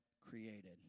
created